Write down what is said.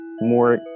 more